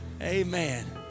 amen